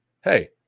Hey